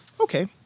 Okay